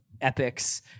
epics